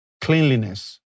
cleanliness